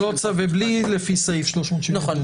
ובלי "לפי סעיף 379". נכון.